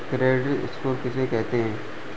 Credit score किसे कहते हैं?